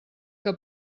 que